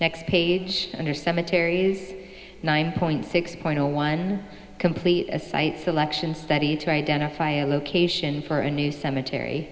next page under cemeteries nine point six point zero one complete a site selection study to identify a location for a new cemetery